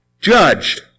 Judged